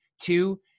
Two